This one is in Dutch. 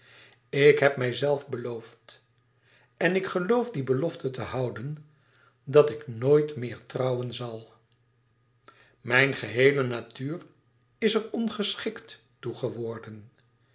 ik heb mijzelf beloofd en ik geloof die belofte te houden dat ik nooit meer trouwen zal mijn geheele natuur is er ongeschikt toe geworden